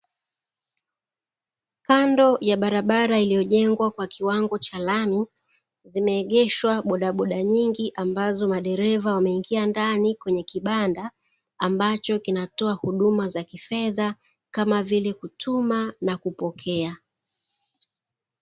Kando ya barabara iliyojengwa kwa kiwango cha lami. Zimeegeshwa bodaboda nyingi ambazo madereva wameingia ndani kwenye kibanda, ambacho kinatoa huduma za kifedha kama vile kutuma na kupokea.